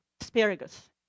asparagus